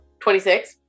26